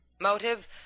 Motive